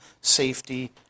safety